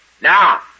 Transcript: Now